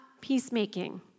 peacemaking